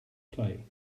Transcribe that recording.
play